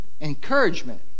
encouragement